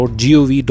gov